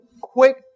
quick